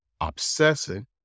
obsessing